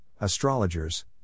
astrologers